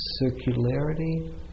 circularity